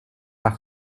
par